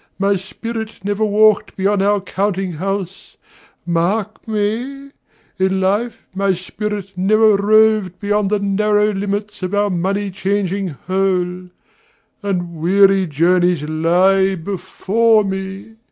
my spirit never walked beyond our counting-house mark me in life my spirit never roved beyond the narrow limits of our money-changing hole and weary journeys lie before me!